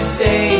say